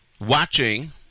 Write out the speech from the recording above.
watching